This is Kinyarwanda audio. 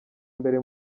mbere